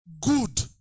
good